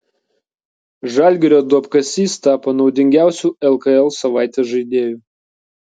žalgirio duobkasys tapo naudingiausiu lkl savaitės žaidėju